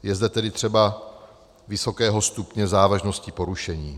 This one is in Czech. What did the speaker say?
Je zde tedy třeba vysokého stupně závažnosti porušení.